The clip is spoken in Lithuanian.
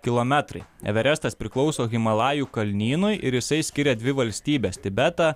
kilometrai everestas priklauso himalajų kalnynui ir jisai skiria dvi valstybes tibetą